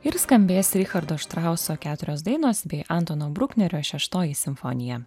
ir skambės richardo štrauso keturios dainos bei antano bruknerio šeštoji simfonija